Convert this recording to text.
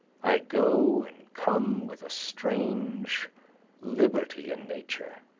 i go and come with a strange liberty in nature,